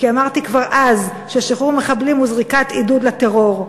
כי אמרתי כבר אז ששחרור מחבלים הוא זריקת עידוד לטרור.